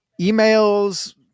emails